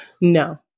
No